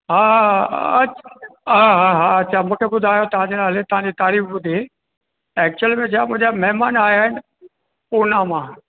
हा हा हा हा हा हा अच्छा मूंखे ॿुधायो तव्हां जे नाले ताव्हां जी तारीफ़ु ॿुधी एक्चुयल में छा मुंहिंजा महिमान आया आहिनि पूना मां